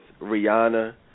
Rihanna